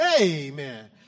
Amen